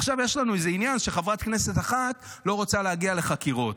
עכשיו יש לנו איזה עניין שחברת כנסת אחת לא רוצה להגיע לחקירות.